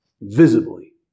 visibly